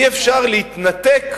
אי-אפשר להתנתק